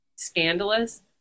scandalous